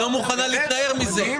היא לא מוכנה להתנער מזה,